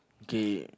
gay